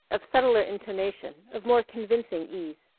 of subtler intonation, of more convincing ease.